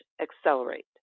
accelerate